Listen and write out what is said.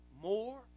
more